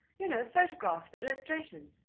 you know, photographs for illustrations.